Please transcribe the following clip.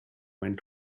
went